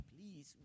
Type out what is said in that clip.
Please